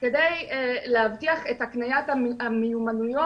כדי להבטיח את הקניית המיומנויות